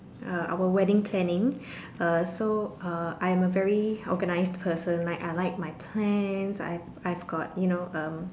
uh our wedding planning uh so uh I'm a very organized person like I like my plans I've I've got you know um